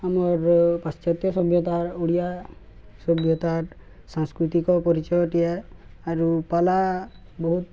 ଆମର୍ ପାଶ୍ଚାତ୍ୟ ସଭ୍ୟତାର ଓଡ଼ିଆ ସଭ୍ୟତା ସାଂସ୍କୃତିକ ପରିଚୟଟି ଆଏ ଆରୁ ପାଲା ବହୁତ